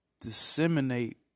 disseminate